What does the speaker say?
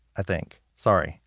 i think. sorry.